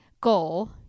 goal